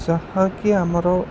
ଯାହାକି ଆମର